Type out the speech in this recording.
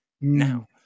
now